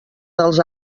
dels